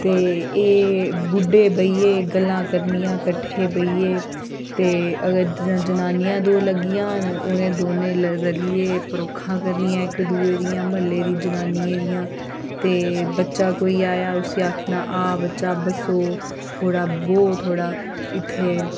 ते एह् बुड्ढे बेहियै गल्लां करनियां कट्ठे बेहियै ते अगर जनानियां दो लग्गी जान उ'नें दोऐ रलियै परोखां करनियां इक दुए दियां म्हल्ले दी जनानियें दियां ते बच्चा कोई आया उसी आखना आ बच्चा बसोह् थोह्ड़ा बौह् थोह्ड़ा इत्थै